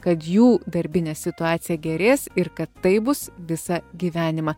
kad jų darbinė situacija gerės ir kad tai bus visą gyvenimą